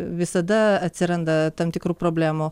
visada atsiranda tam tikrų problemų